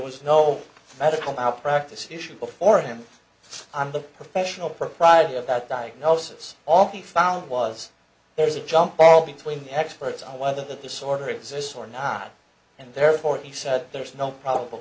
was no medical malpractise issue before him on the professional propriety of that diagnosis all the found was there is a jump ball between the experts on whether that this order exists or not and therefore he said there is no probable